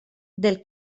del